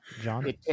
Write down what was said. John